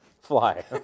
Fly